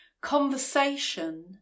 Conversation